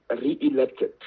re-elected